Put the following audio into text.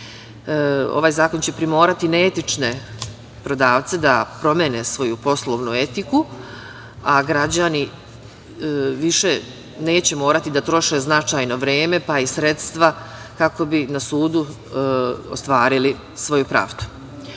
Ovaj zakon će primorati neetične prodavce da promene svoju poslovnu logiku, a građani više neće morati da troše značajno vreme, pa i sredstva kako bi na sudu ostvarili svoju pravdu. Iz